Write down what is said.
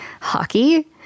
hockey